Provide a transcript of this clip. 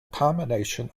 combination